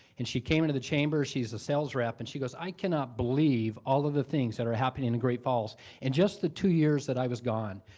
and she came into the chamber, she's a sales rep, and she goes, i cannot believe all of the things that are happening in great falls in and just the two years that i was gone.